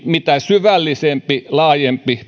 mitä syvällisempi laajempi